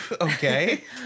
Okay